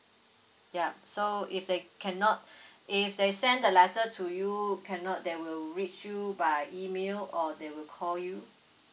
yup so if they cannot if they send the letter to you cannot they will reach you by email or they will call you